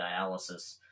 dialysis